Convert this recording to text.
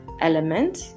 element